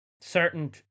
certain